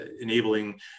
enabling